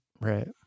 Right